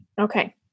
okay